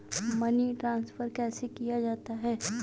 Money transfer कैसे किया जा सकता है?